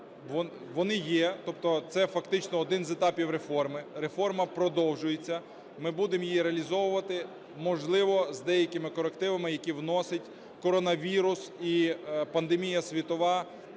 Тобто це фактично один з етапів реформи. Реформа продовжується. Ми будемо її реалізовувати. Можливо, з деякими корективами, які вносить коронавірус і пандемія світова